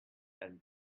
and